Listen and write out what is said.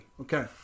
Okay